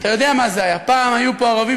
אתה יודע מה זה היה: פעם היו פה ערבים